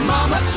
Mama